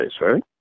right